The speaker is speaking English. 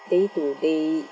day to day